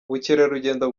ubukerarugendo